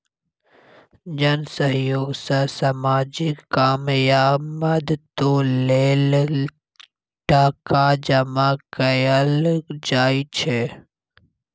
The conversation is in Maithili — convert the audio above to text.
जन सहयोग सँ सामाजिक काम या मदतो लेल टका जमा कएल जाइ छै